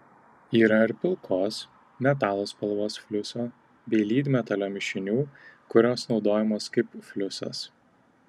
yra ir pilkos metalo spalvos fliuso bei lydmetalio mišinių kurios naudojamos kaip fliusas